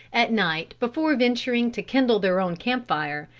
at night, before venturing to kindle their own camp-fire,